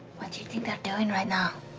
what do you think they're doing right now?